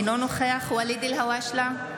אינו נוכח ואליד אלהואשלה,